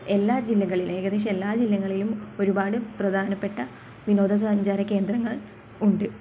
എല്ലാ ജില്ലകളിലും ഏകദേശം എല്ലാ ജില്ലകളിലും ഒരുപാട് പ്രധാനപ്പെട്ട വിനോദസഞ്ചാര കേന്ദ്രങ്ങൾ ഉണ്ട്